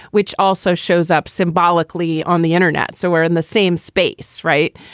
which also shows up symbolically on the internet. so we're in the same space. right.